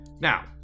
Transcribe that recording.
Now